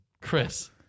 Chris